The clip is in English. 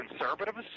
conservatives